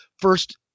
First